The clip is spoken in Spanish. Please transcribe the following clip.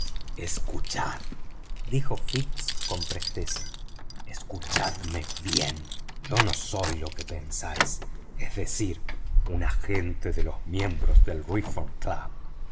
escuchad dijo fix con presteza escuchadme bien yo no soy lo que pensáis es decir un agente de los miembros del reform club